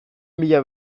mila